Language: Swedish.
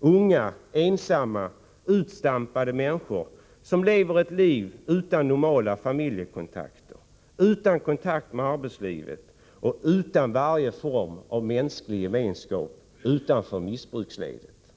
unga, ensamma, utstampade människor som lever ett liv utan normala familjekontakter, utan kontakt med arbetslivet och utan varje form av mänsklig gemenskap utanför missbruksledet.